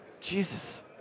Jesus